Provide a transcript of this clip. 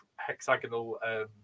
hexagonal